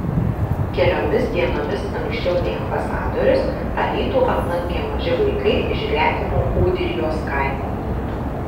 keliomis dienomis anksčiau nei ambasadorius alytų aplankė maži vaikai iš gretimo ūdrijos kaimo